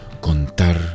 contar